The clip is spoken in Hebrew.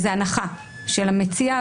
זו הנחה של המציע.